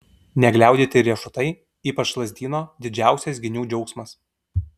negliaudyti riešutai ypač lazdyno didžiausias genių džiaugsmas